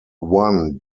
one